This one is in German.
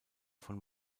von